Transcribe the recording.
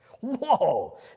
Whoa